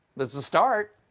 it's a start.